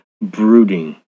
brooding